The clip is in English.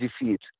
defeat